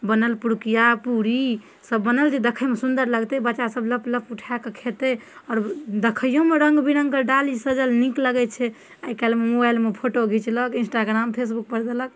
बनल पुरुकिआ पुरी सब बनल जे देखैमे सुन्दर लगतै बच्चा सब लप लप ऊठाए कऽ खेतै आओर देखैयोमे रङ्ग बिरङ्ग कऽ डाली सजल नीक लगैत छै आइकाल्हिमे मोबाइलमे फोटो घिचलक इन्स्ट्राग्राम फेसबुक पर देलक